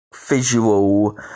visual